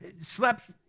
slept